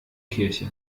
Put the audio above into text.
kirche